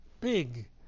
big